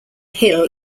hill